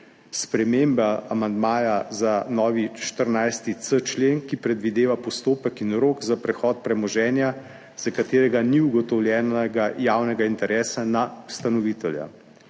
spremembe amandmaja za novi 14.c člen, ki predvideva postopek in rok za prehod premoženja, za katerega ni ugotovljenega javnega interesa, na ustanovitelja.